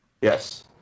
Yes